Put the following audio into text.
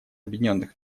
объединенных